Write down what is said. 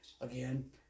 Again